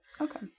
Okay